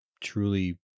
truly